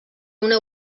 una